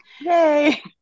Yay